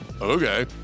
Okay